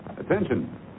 attention